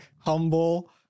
humble